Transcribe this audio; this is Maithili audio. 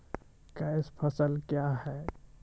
कैश फसल क्या हैं?